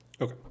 Okay